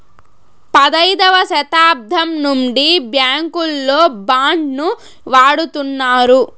పదైదవ శతాబ్దం నుండి బ్యాంకుల్లో బాండ్ ను వాడుతున్నారు